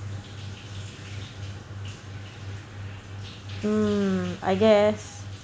mm I guess